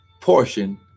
portion